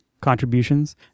contributions